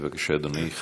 בבקשה, אדוני.